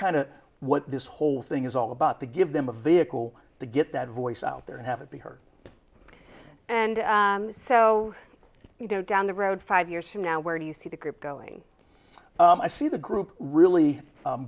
of what this whole thing is all about to give them a vehicle to get that voice out there and have it be heard and so you know down the road five years from now where do you see the group going i see the group really